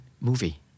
movie